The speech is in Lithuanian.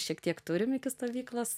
šiek tiek turim iki stovyklos